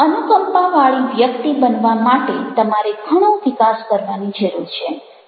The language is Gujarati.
અનુકંપાવાળી વ્યક્તિ બનવા માટે તમારે ઘણો વિકાસ કરવાની જરૂર છે